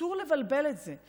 אסור לבלבל את זה.